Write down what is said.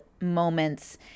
moments